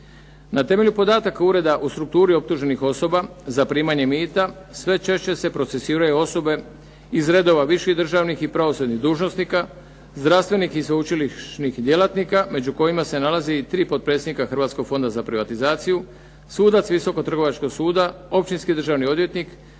Na temelju podataka ureda o strukturi optuženih osoba za primanje mita, sve češće se procesuiraju osobe iz redova viših državnih i pravosudnih dužnosnika, zdravstvenih i sveučilišnih djelatnika među kojima se nalaze i tri potpredsjednika Hrvatskog fonda za privatizaciju, sudac visokog trgovačkog suda, općinski državni odvjetnik,